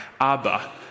Abba